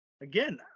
again